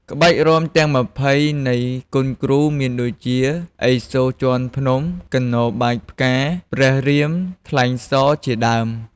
ក្បាច់រាំទាំង ២០ នៃគុនគ្រូ មានដូចជា ឥសូរជាន់ភ្នំ, កិន្នរបាចផ្កា, ព្រះរាមថ្លែងសរ ជាដើម។